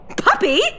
Puppy